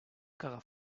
caga